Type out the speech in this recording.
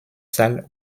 salles